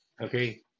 Okay